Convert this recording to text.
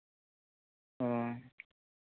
ᱚ